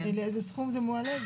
לאיזה סכום זה מועלה?